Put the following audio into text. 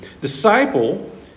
Disciple